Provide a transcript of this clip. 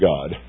God